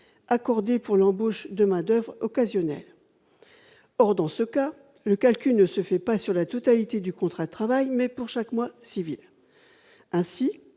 accordée pour l'embauche demandeurs occasionnels, or dans ce cas, le calcul ne se fait pas sur la totalité du contrat de travail maintenant chaque mois civil ainsi